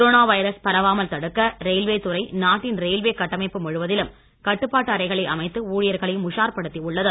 corona virus பரவாமல் தடுக்க railway துறை நாட்டின் ரயில்வே கட்டமைப்பு முழுவதிலும் கட்டுப்பாட்டு அறைகளை அமைத்து ஊழியர்களையும் உஷார் படுத்தி உள்ளது